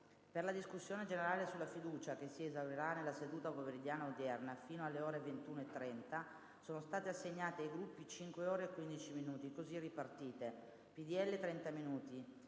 Per la discussione generale sulla fiducia, che si esaurirà nella seduta pomeridiana odierna fino alle ore 21,30, sono state assegnate ai Gruppi 5 ore e 15 minuti, così ripartite: PdL 30 minuti;